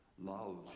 Love